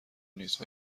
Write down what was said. نیست